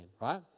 right